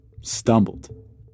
stumbled